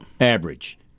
average